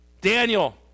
Daniel